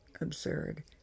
absurd